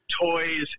toys